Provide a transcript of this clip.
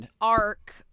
arc